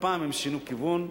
הפעם הם שינו כיוון,